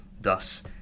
Thus